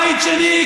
בית שני,